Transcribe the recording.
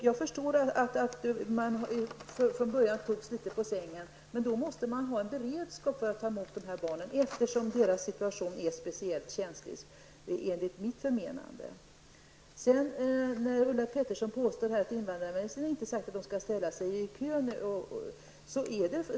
Jag förstår att man från början togs litet på sängen, men man måste ha en beredskap för att ta emot dessa barn, eftersom deras situation enligt mitt förmenande är speciellt känslig. Ulla Pettersson påstår att invandrarministern inte har sagt att dessa barn skall ställa sig i kön.